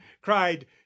cried